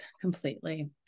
completely